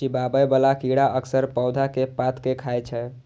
चिबाबै बला कीड़ा अक्सर पौधा के पात कें खाय छै